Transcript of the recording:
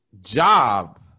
job